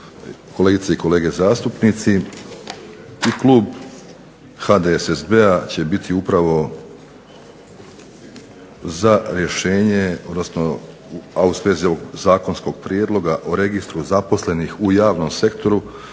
kolegice i kolege zastupnici. Klub HDSSB-a će biti upravo za rješenje, a u svezi ovog zakonskog prijedloga o Registru zaposlenih u javnom sektoru,